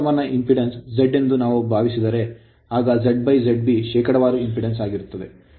ಟ್ರಾನ್ಸ್ farmer impedance Z ಎಂದು ನಾವು ಭಾವಿಸಿದರೆ ಆಗ ZZB ಶೇಕಡಾವಾರು ಇಂಪೆಡಾನ್ಸ್ ಆಗಿರುತ್ತದೆ